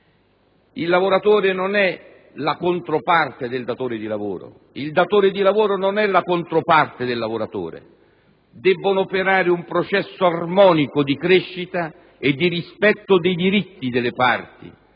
Il lavoratore non è la controparte del datore di lavoro, il datore di lavoro non è la controparte del lavoratore; essi debbono operare un processo armonico di crescita e di rispetto dei diritti delle parti,